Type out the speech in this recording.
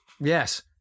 Yes